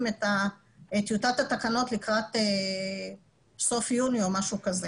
את טיוטת התקנות לקראת סוף יוני או משהו כזה.